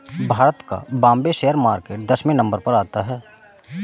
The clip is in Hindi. भारत का बाम्बे शेयर मार्केट दसवें नम्बर पर आता है